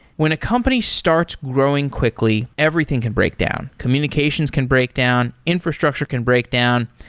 when a company starts growing quickly, everything can break down. communications can break down. infrastructure can break down.